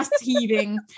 heaving